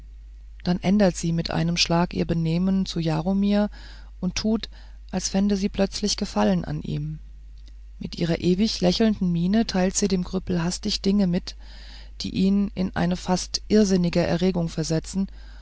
dann ändert sie mit einem schlage ihr benehmen zu jaromir und tut als fände sie plötzlich gefallen an ihm mit ihrer ewig lächelnden miene teilt sie dem krüppel hastig dinge mit die ihn in eine fast irrsinnige erregung versetzen